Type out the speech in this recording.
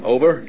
Over